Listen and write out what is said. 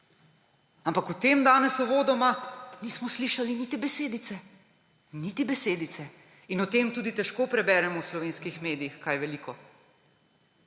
Ampak o tem danes uvodoma nismo slišali niti besedice. Niti besedice. In o tem tudi težko preberemo v slovenskih medijih kaj veliko.